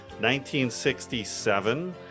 1967